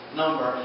number